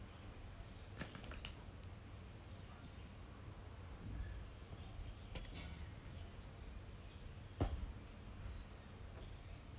then he will go for his err hi~ his second option then he say he has four option now the the the last option is to basically just retire liao lah